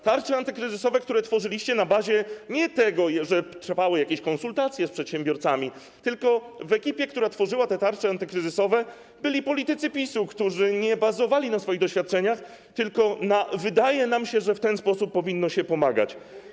Tarcze antykryzysowe tworzyliście na bazie nie tego, że trwały jakieś konsultacje z przedsiębiorcami, tylko w ekipie, która tworzyła te tarcze antykryzysowe byli politycy PiS, którzy nie bazowali na swoich doświadczeniach, tylko na stwierdzeniu: wydaje nam się, że w ten sposób powinno się pomagać.